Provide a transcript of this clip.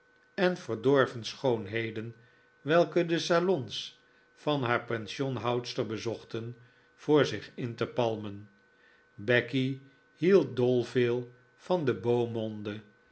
en verdorven schoonheden welke de salons van haar pensionhoudster bezochten voor zich in te palmen becky hield dol veel van de beau monde